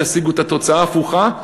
תשיגו את התוצאה ההפוכה,